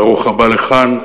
ברוך הבא לכאן.